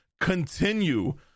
continue